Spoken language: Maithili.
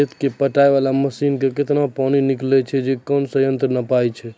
खेत कऽ पटाय वाला मसीन से केतना पानी निकलैय छै कोन यंत्र से नपाय छै